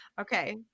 Okay